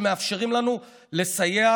שמאפשרים לנו לסייע"